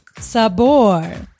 Sabor